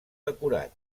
decorat